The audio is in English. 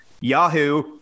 Yahoo